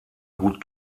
gut